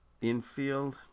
infield